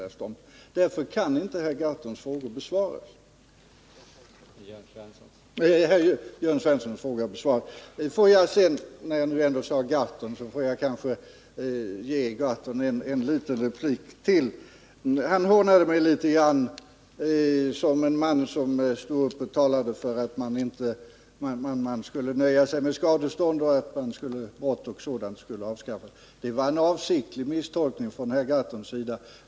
Därför kan inte Jörn Svenssons fråga besvaras. Låt mig sedan ge Per Gahrton en replik till. Han hånade mig litet grand som en man som stod upp och talade för att man skulle nöja sig med skadestånd och för att straff för brott och liknande skulle avskaffas. Det var en avsiktlig misstolkning från herr Gahrtons sida.